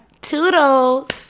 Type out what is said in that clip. toodles